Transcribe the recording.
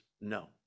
no